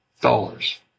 dollars